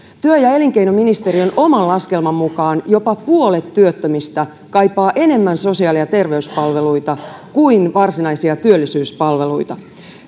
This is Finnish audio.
työ ja elinkeinoministeriön oman laskelman mukaan jopa puolet työttömistä kaipaa enemmän sosiaali ja terveyspalveluita kuin varsinaisia työllisyyspalveluita